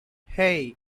hey